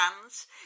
hands